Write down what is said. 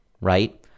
right